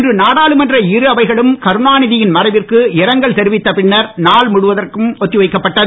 இன்று நாடாளுமன்ற இரு அவைகளும் கருணாநிதியின் மறைவிற்கு இரங்கல் தெரிவித்த பின்னர் நான் முழுவதும் ஒத்திவைக்கப்பட்டன